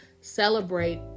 Celebrate